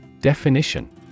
Definition